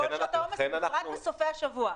בכל שעות העומס, ובפרט בסופי השבוע.